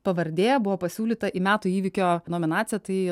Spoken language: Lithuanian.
pavardė buvo pasiūlyta į metų įvykio nominaciją tai